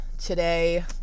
today